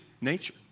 nature